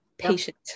patient